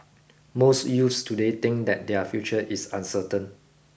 most youths today think that their future is uncertain